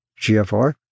GFR